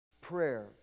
Prayer